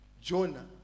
Jonah